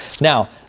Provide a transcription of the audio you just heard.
Now